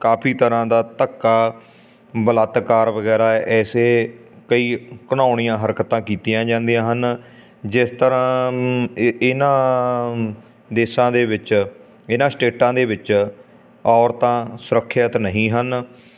ਕਾਫੀ ਤਰ੍ਹਾਂ ਦਾ ਧੱਕਾ ਬਲਾਤਕਾਰ ਵਗੈਰਾ ਐਸੇ ਕਈ ਘਿਨਾਉਣੀਆਂ ਹਰਕਤਾਂ ਕੀਤੀਆਂ ਜਾਂਦੀਆਂ ਹਨ ਜਿਸ ਤਰ੍ਹਾਂ ਇਹਨਾਂ ਦੇਸ਼ਾਂ ਦੇ ਵਿੱਚ ਇਹਨਾਂ ਸਟੇਟਾਂ ਦੇ ਵਿੱਚ ਔਰਤਾਂ ਸੁਰੱਖਿਅਤ ਨਹੀਂ ਹਨ